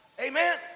Amen